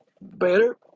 better